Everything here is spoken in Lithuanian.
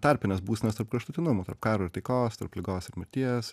tarpines būsenas tarp kraštutinumų tarp karo ir taikos tarp ligos ir mirties